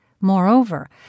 Moreover